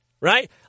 right